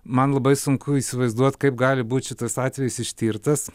man labai sunku įsivaizduoti kaip gali būt šitas atvejis ištirtas